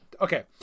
Okay